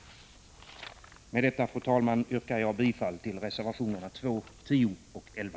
Fru talman! Med detta yrkar jag bifall till reservationerna 2, 10 och 11.